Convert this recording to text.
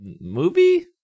Movie